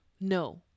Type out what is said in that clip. No